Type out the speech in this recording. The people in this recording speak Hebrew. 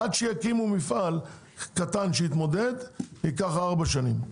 עד שיקימו מפעל קטן שיתמודד, יעברו ארבע שנים.